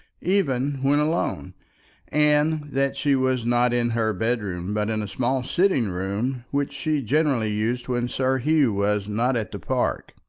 even when alone and that she was not in her bedroom, but in a small sitting-room which she generally used when sir hugh was not at the park.